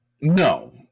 No